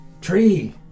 tree